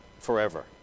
forever